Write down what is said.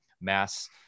mass